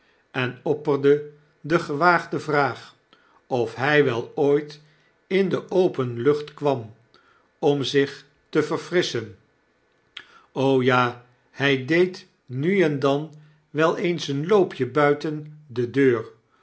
en opperde degewaagde vraag of hy wel ooit in de open lucht kwam om zich te verfrisschen ja hy deed nu en dan wel eens een loopje buitende deur